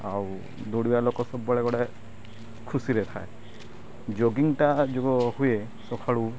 ଆଉ ଦୌଡ଼ିବା ଲୋକ ସବୁବେଳେ ଗୋଟେ ଖୁସିରେ ଥାଏ ଜଗିଙ୍ଗଟା ଯୋ ହୁଏ ସଖାଳୁ